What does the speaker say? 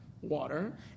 water